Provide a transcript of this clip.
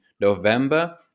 november